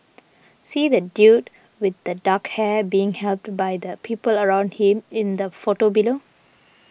see that dude with the dark hair being helped by the people around him in the photo below